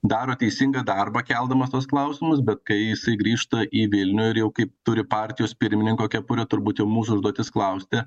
daro teisingą darbą keldamas tuos klausimus bet kai jisai grįžta į vilnių ir jau kaip turi partijos pirmininko kepurę turbūt jau mūsų užduotis klausti